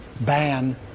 ban